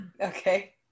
okay